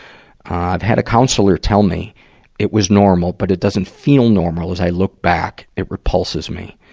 i've had a counselor tell me it was normal, but it doesn't feel normal. as i look back, it repulses me.